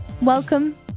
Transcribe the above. Welcome